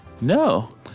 No